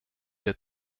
der